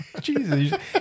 Jesus